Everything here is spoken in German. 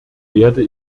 werde